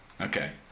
Okay